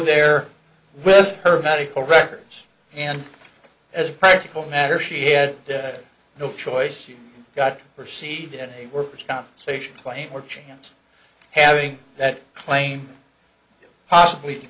there with her medical records and as a practical matter she had no choice you got her seed and a worker's compensation claim or chance having that claim possibly